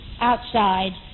outside